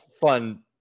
fun